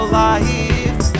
life